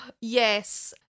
Yes